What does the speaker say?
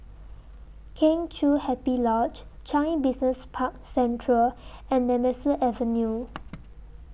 Kheng Chiu Happy Lodge Changi Business Park Central and Nemesu Avenue